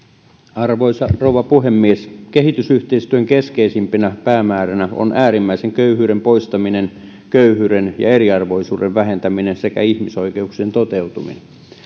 arvoisa rouva puhemies kehitysyhteistyön keskeisimpänä päämääränä on äärimmäisen köyhyyden poistaminen köyhyyden ja eriarvoisuuden vähentäminen sekä ihmisoikeuksien toteutuminen